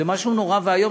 זה משהו נורא ואיום,